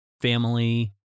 family